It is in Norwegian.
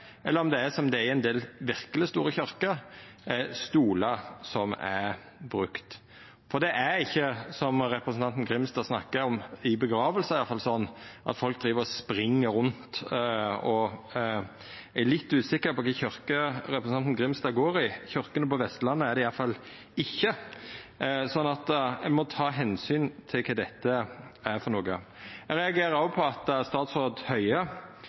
det er benker eller, som det er i ein del verkeleg store kyrkjer, stolar som vert brukte. For det er ikkje, som representanten Grimstad snakkar om – iallfall ikkje i gravferder – sånn at folk driv og spring rundt. Eg er litt usikker på kva for kyrkje representanten Grimstad går i, ei kyrkje på Vestlandet er det iallfall ikkje. Ein må ta omsyn til kva dette er. Eg reagerer òg på at statsråd Høie